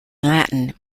latin